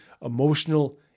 emotional